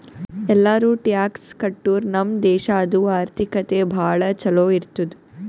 ಎಲ್ಲಾರೂ ಟ್ಯಾಕ್ಸ್ ಕಟ್ಟುರ್ ನಮ್ ದೇಶಾದು ಆರ್ಥಿಕತೆ ಭಾಳ ಛಲೋ ಇರ್ತುದ್